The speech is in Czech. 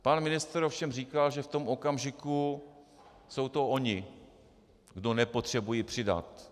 Pan ministr ovšem říkal, že v tom okamžiku jsou to ony, kdo nepotřebují přidat.